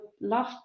love